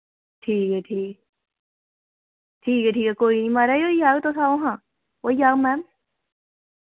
ठीक ऐ ठीक ठीक ऐ ठीक ऐ कोई निं म्हाराज होई जाह्ग तुस आओ हां होई जाह्ग मैम